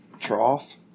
trough